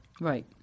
right